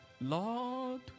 Lord